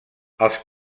els